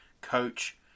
coach